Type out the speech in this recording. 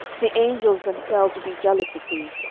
the angels themselves will be jealous of thee.